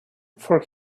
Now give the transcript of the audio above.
for